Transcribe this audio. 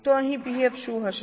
તો અહીં Pf શું હશે